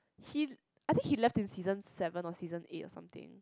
he I think he left in season seven or season eight or something